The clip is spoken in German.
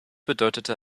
bedeutete